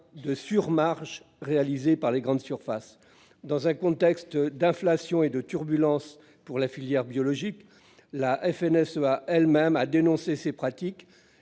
de « surmarges » réalisées par les grandes surfaces. Dans un contexte d'inflation et de turbulences pour la filière biologique, la FNSEA elle-même a dénoncé ces pratiques